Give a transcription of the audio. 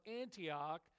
Antioch